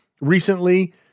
recently